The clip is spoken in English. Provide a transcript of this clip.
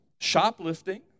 shoplifting